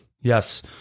Yes